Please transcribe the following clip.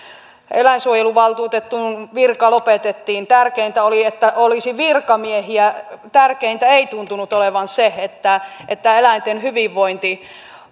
eläinsuojeluvaltuutetun virka lopetettiin tärkeintä oli että olisi virkamiehiä tärkeintä ei tuntuvan olevan se että että eläinten hyvinvointi